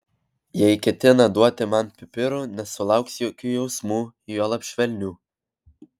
jei ketina duoti man pipirų nesulauks jokių jausmų juolab švelnių